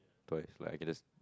told if like it is